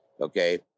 Okay